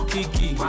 Kiki